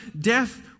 death